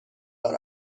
دارم